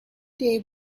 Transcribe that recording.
day